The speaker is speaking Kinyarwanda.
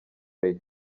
rayons